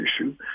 issue